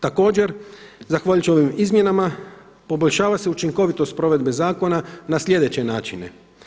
Također zahvaljujući ovim izmjenama poboljšava se učinkovitost provedbe zakona na sljedeće načine.